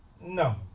no